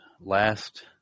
last